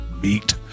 beat